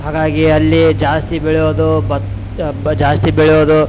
ಹಾಗಾಗಿ ಅಲ್ಲಿ ಜಾಸ್ತಿ ಬೆಳಿಯೋದು ಬತ್ ಬ್ ಜಾಸ್ತಿ ಬೆಳೆಯೋದು